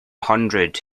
hundred